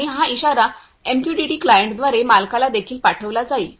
आणि हा इशारा एमक्यूटीटी क्लायंटद्वारे मालकाला देखील पाठविला जाईल